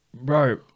bro